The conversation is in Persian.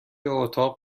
اتاق